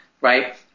right